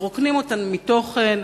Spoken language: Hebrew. מרוקנים אותם מתוכן,